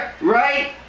right